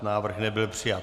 Návrh nebyl přijat.